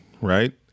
right